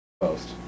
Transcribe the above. post